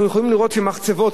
אנחנו יכולים לראות שמחצבות,